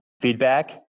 feedback